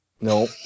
no